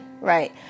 right